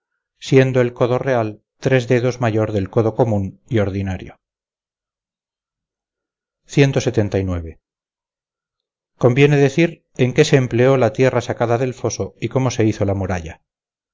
siendo el codo real tres dedos mayor del codo común y ordinario conviene decir en qué se empleó la tierra sacada del foso y cómo se hizo la muralla